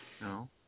No